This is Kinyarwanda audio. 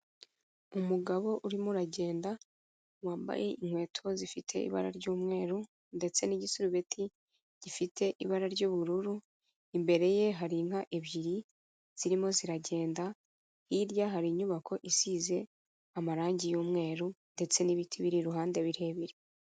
Umugabo urimo uragenda wambaye inkweto zifite ibara ry'umweru ndetse n'igisurubeti gifite ibara ry'ubururu, imbere ye hari inka ebyiri zirimo ziragenda, hirya hari inyubako isize amarangi y'umweru ndetse n'ibiti biri iruhande birebire.